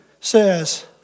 says